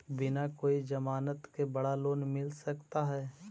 बिना कोई जमानत के बड़ा लोन मिल सकता है?